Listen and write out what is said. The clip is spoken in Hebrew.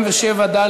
77(ד)